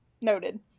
Noted